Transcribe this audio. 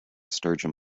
sturgeon